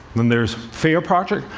then there's fair projects,